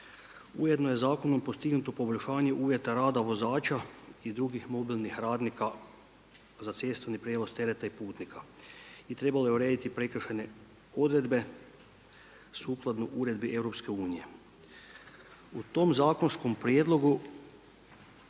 Ujedno je zakonom postignuto poboljšanje uvjeta rada vozača i drugih mobilnih radnika za cestovni prijevoz tereta i putnika. I trebalo je urediti prekršajne odredbe sukladno odredbi EU. U tom zakonskom prijedlogu